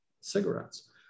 cigarettes